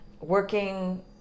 working